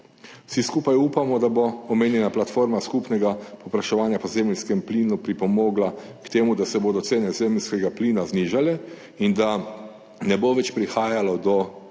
Vsi skupaj upamo, da bo omenjena platforma skupnega povpraševanja po zemeljskem plinu pripomogla k temu, da se bodo cene zemeljskega plina znižale in da ne bo več prihajalo do